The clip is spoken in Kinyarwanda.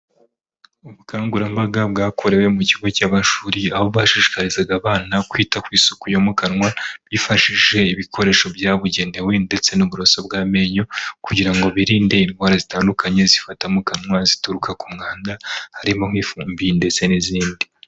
Ubukangurambaga bwakorewe mu kigo cy'amashuri, aho bashishikarizaga abana kwita ku isuku yo mu kanwa bifashishije ibikoresho byabugenewe ndetse n'uburoso bw'amenyo, kugira ngo birinde indwara zitandukanye zifata mu kanwa zituruka k'umwanda harimo nk'ifumbi ndetse n'izindi.